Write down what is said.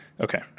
Okay